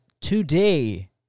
today